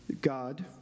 God